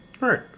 Right